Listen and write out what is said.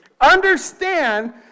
Understand